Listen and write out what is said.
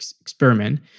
experiment